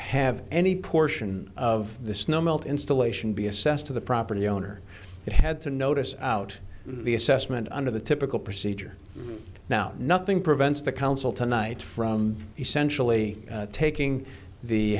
have any portion of the snow melt installation be assessed to the property owner that had to notice out the assessment under the typical procedure now nothing prevents the council tonight from essentially taking the